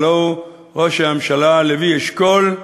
הלוא הוא ראש הממשלה לוי אשכול,